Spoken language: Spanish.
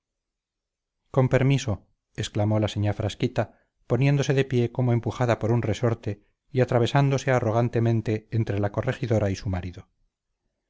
con permiso exclamó la señá frasquita poniéndose de pie como empujada por un resorte y atravesándose arrogantemente entre la corregidora y su marido